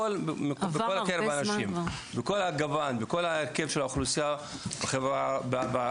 בכל ההיקף של האוכלוסייה בחברה הישראלית,